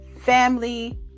family